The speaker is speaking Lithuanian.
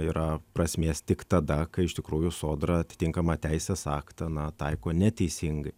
yra prasmės tik tada kai iš tikrųjų sodra atitinkamą teisės aktą na taiko neteisingai